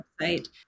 website